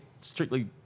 Strictly